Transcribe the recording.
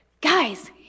Guys